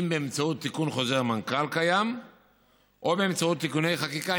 אם באמצעות תיקון חוזר המנכ"ל הקיים ואם באמצעות תיקוני חקיקה,